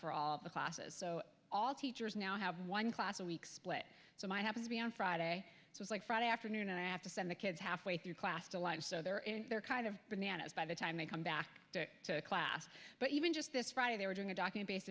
for all the classes so all teachers now have one class a week split so my happen to be on friday so it's like friday afternoon and i have to send the kids half way through class to line so they're in there kind of bananas by the time they come back to class but even just this friday they were doing a docking based